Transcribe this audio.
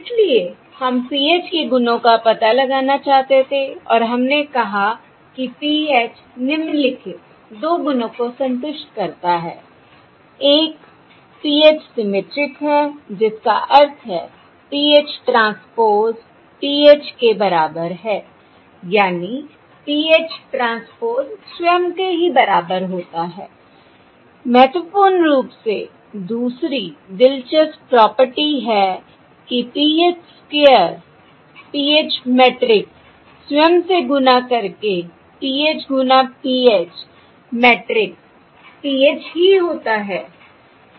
इसलिए हम PH के गुणों का पता लगाना चाहते थेऔर हमने कहा कि PH निम्नलिखित दो गुणों को संतुष्ट करता है एक PH सिमेट्रिक है जिसका अर्थ है PH ट्रांसपोज़ PH के बराबर है यानी PH ट्रांसपोज़ स्वयं के ही बराबर होता है महत्वपूर्ण रूप से दूसरी दिलचस्प प्रॉपर्टी है कि PH स्क्वेयर PH मैट्रिक्स स्वयं से गुना करके PH गुना PH मैट्रिक्स PH ही होता है